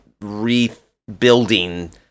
rebuilding